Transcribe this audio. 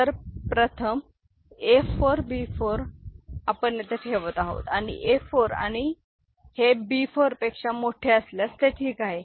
तर प्रथम A 4 B 4 आम्ही येथे ठेवत आहोत आणि A 4 हे B 4 पेक्षा मोठे असल्यास ते ठीक आहे